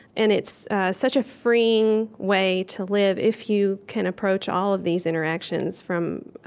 and it's such a freeing way to live, if you can approach all of these interactions from